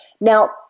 Now